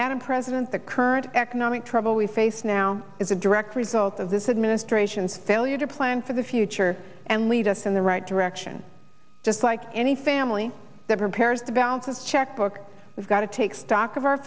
and president the current economic trouble we face now is a direct result of this administration's failure to plan for the future and lead us in the right direction just like any family that prepares to balance a checkbook we've got to take stock of our